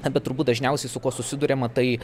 na bet turbūt dažniausiai su kuo susiduriama tai